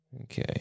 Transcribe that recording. Okay